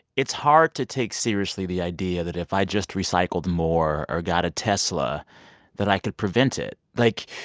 it's hard to take seriously the idea that if i just recycled more or got a tesla that i could prevent it. like,